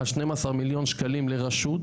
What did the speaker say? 12 המיליון שקלים לרשות,